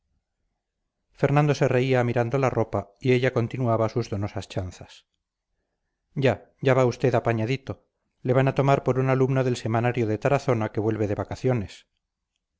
fernando se reía mirando la ropa y ella continuaba sus donosas chanzas ya ya va usted bien apañadito le van a tomar por un alumno del semanario de tarazona que vuelve de vacaciones